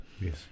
Yes